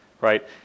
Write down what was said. right